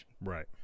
Right